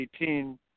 2018